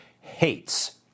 hates